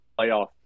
playoff